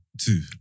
Two